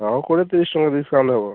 ଆଉ କୋଡ଼ିଏ ତିରିଶି ଟଙ୍କା ଡିସକାଉଣ୍ଟ୍ ହେବ